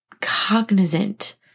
cognizant